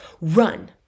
run